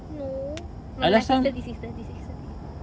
no no lah six thirty six thirty six thirty